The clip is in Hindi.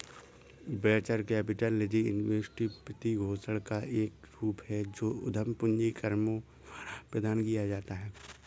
वेंचर कैपिटल निजी इक्विटी वित्तपोषण का एक रूप है जो उद्यम पूंजी फर्मों द्वारा प्रदान किया जाता है